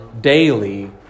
daily